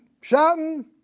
shouting